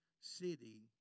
city